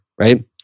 right